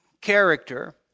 character